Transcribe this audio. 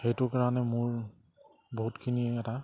সেইটোৰ কাৰণে মোৰ বহুতখিনি এটা